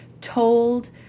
told